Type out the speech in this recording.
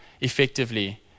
effectively